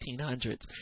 1800s